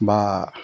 বা